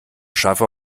schaffe